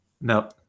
No